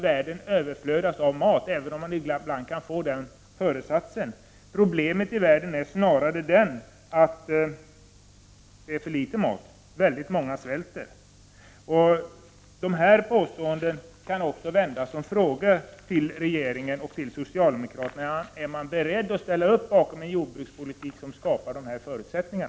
Världen överflödas inte av mat, även om man ibland kan få den föreställningen. Snarare är problemet i världen att det finns för litet mat. Många människor svälter. Det här påståendet kan också vändas till en fråga till regeringen och socialdemokraterna. Är man beredd att ställa upp bakom en jordbrukspolitik som skapar dessa förutsättningar?